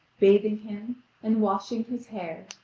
bathing him and washing his hair,